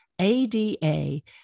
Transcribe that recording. ADA